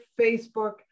Facebook